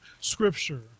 Scripture